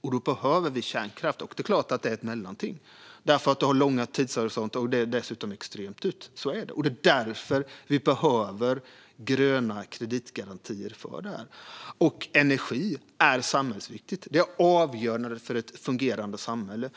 och då behöver vi kärnkraft. Det är klart att det är ett mellanting; du har långa tidshorisonter, och det är dessutom extremt dyrt. Det är därför vi behöver gröna kreditgarantier för detta. Energi är samhällsviktigt - det är avgörande för ett fungerande samhälle.